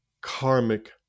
karmic